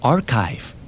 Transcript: Archive